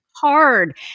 hard